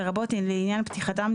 לרבות לעניין פתיחתם,